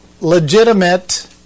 legitimate